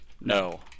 No